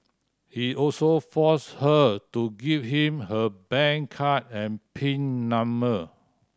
he also forced her to give him her bank card and pin number